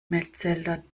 metzelder